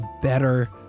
better